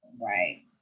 right